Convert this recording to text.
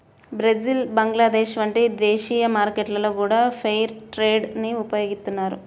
Brazil Bangladesh వంటి దేశీయ మార్కెట్లలో గూడా ఫెయిర్ ట్రేడ్ ని ఉపయోగిత్తన్నారు